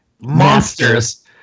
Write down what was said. monsters